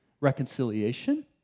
reconciliation